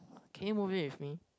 can you move in with me